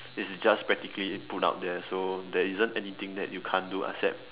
is just practically put out there so there isn't anything you can't do except